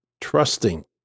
trusting